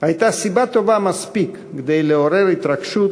הייתה סיבה טובה מספיק לעורר התרגשות